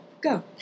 go